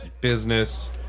business